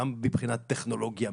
גם מבחינת טכנולוגיה,